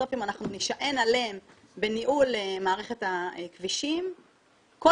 בסוף אם אנחנו נישען עליהם בניהול מערכת הכבישים כל